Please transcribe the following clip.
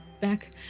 back